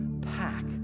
pack